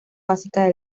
básica